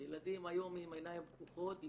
שילדים היום עם עיניים פקוחות.